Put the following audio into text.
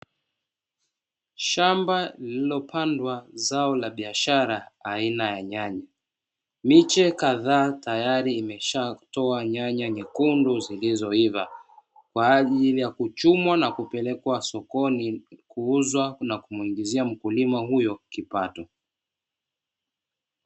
Shamba lililopandwa zao la biashara aina ya nyanya. Miche kadhaa tayari imeshatoa nyanya nyekundu zilizoiva, kwa ajili ya kuchumwa na kupelekwa sokoni kuuzwa na kumuingizia mkulima huyo kipato.